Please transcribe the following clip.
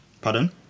Pardon